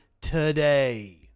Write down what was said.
today